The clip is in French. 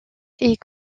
est